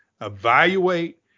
evaluate